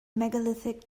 megalithic